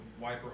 wiper